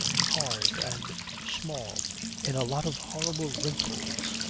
hard and small in a lot of horrible wrinkles.